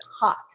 hot